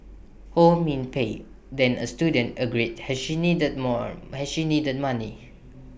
ho min Pei then A student agreed as she needed more as she needed money